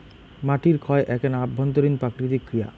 মাটির ক্ষয় এ্যাকনা অভ্যন্তরীণ প্রাকৃতিক ক্রিয়া